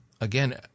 again